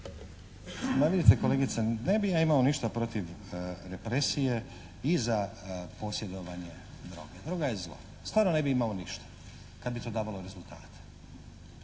Ma vidite kolegice, ne bi ja imao ništa protiv represije i za posjedovanje droge. Droga je zlo. Stvarno ne bi imao ništa kad bi to davalo rezultate,